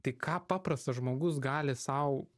tai ką paprastas žmogus gali sau